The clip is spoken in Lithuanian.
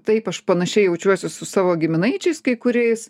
taip aš panašiai jaučiuosi su savo giminaičiais kai kuriais